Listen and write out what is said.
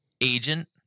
agent